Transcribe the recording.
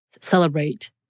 celebrate